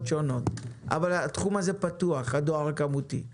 שונות אבל התחום של הדואר הכמותי פתוח.